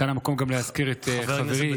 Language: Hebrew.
כאן המקום גם להזכיר את חברי ינון אזולאי.